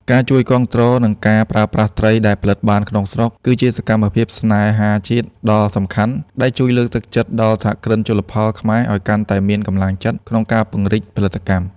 ការជួយគាំទ្រ និងការប្រើប្រាស់ត្រីដែលផលិតបានក្នុងស្រុក គឺជាសកម្មភាពស្នេហាជាតិដ៏សំខាន់ ដែលជួយលើកទឹកចិត្តដល់សហគ្រិនជលផលខ្មែរឱ្យកាន់តែមានកម្លាំងចិត្តក្នុងការពង្រីកផលិតកម្ម។